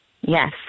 Yes